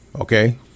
Okay